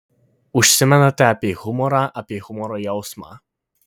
užsimenate apie humorą apie humoro jausmą